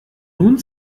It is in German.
nun